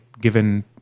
given